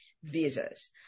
visas